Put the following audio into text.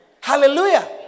Hallelujah